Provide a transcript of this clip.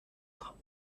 quatre